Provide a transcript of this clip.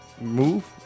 move